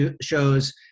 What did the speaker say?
shows